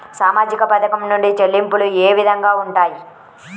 సామాజిక పథకం నుండి చెల్లింపులు ఏ విధంగా ఉంటాయి?